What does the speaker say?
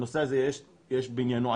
בנושא זה יש עתירה